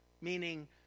meaning